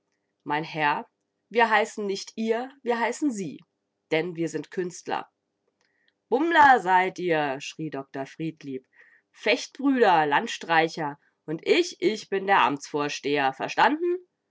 mein herr wir heißen nicht ihr wir heißen sie denn wir sind künstler bummler seid ihr schrie dr friedlieb fechtbrüder landstreicher und ich ich bin der amtsvorsteher verstanden